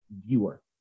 viewer